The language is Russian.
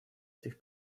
этих